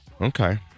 Okay